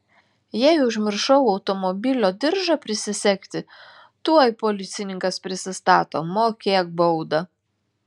jei užmiršau automobilio diržą prisisegti tuoj policininkas prisistato mokėk baudą